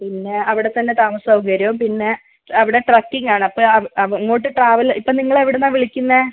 പിന്നെ അവിടെ തന്നെ താമസ സൗകര്യവും പിന്നെ അവിടെ ട്രക്കിങ്ങ് ആണ് അപ്പോൾ അവ് അങ്ങോട്ട് ട്രാവൽ ഇപ്പോൾ നിങ്ങൾ എവിടുന്നാണ് വിളിക്കുന്നത്